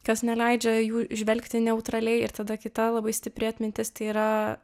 kas neleidžia jų žvelgti neutraliai ir tada kita labai stipri atmintis tai yra